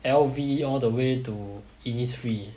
L_V all the way to Innisfree